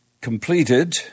completed